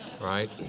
Right